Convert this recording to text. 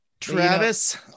Travis